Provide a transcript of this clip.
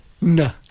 No